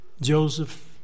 Joseph